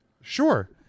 Sure